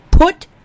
Put